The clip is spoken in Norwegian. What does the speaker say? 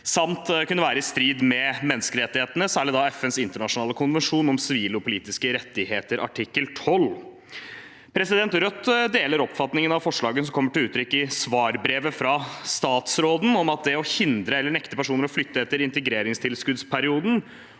samt kunne være i strid med menneskerettighetene, særlig FNs internasjonale konvensjon om sivile og politiske rettigheter artikkel 12. Rødt deler oppfatningen av forslagene som kommer til uttrykk i svarbrevet fra statsråden, om at å hindre eller nekte personer å flytte etter integreringstilskuddsperioden